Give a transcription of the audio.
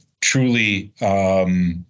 Truly